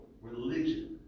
religion